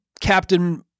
Captain